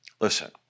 listen